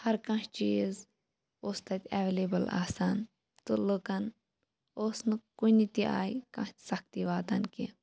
ہر کانٛہہ چیٖز اوس تتہ اویلیبل آسان تہٕ لُکَن اوس نہٕ کُنہ تہِ آیہ کانٛہہ سَختی واتان کینٛہہ